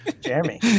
Jeremy